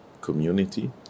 community